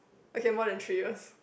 okay more than three years